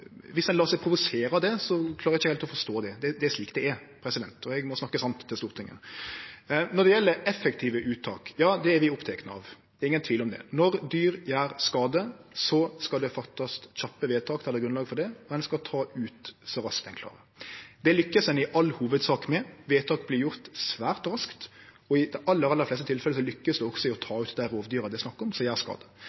Viss ein lar seg provosere av det, klarer eg ikkje heilt å forstå det. Det er slik det er – og eg må snakke sant til Stortinget. Når det gjeld effektive uttak, er vi opptekne av det – det er ingen tvil om det. Når dyr gjer skade, skal det fattast kjappe vedtak der det er grunnlag for det, og ein skal ta ut så raskt ein klarer. Det lukkast ein i all hovudsak med, vedtak vert gjorde svært raskt, og i dei aller, aller fleste tilfella lukkast ein i å ta